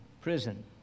Prison